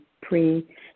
pre